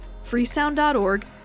Freesound.org